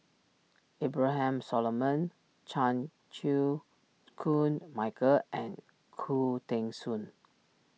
Abraham Solomon Chan Chew Koon Michael and Khoo Teng Soon